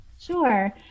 sure